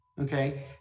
okay